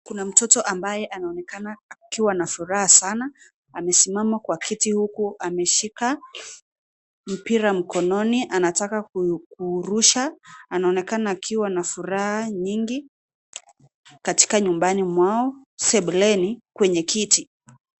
Kuna mtoto ambaye anaonekana akiwa na furaha sana, amesimama kwa kiti huku ameshika mpira mkononi anataka kuurusha. Anaonekna akiwa na furaha nyingi katika nyumbani mwao sebuleni, kwenye kiti.